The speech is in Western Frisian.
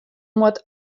moat